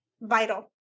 vital